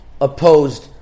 opposed